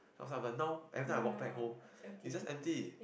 but now everytime I walk back home it's just empty